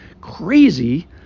crazy